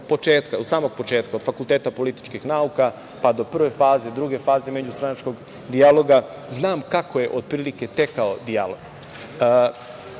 od samog početka, od Fakulteta političkih nauka, pa do prve faze, druge faze međustranačkog dijaloga, znam kako je otprilike tekao dijalog. Kao